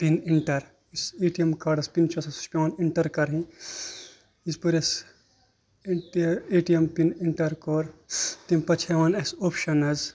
pin enter یُس A T M کاڈَس pin چھُ آسان سُہ چھِ پٮ۪وان اٮ۪نٹَر کَرٕنۍ یژ پھر اَسہِ اِن A T M pin enter کوٚر تیٚمہِ پَتہٕ چھِ یِوان اَسہِ اوٚپشَن حظ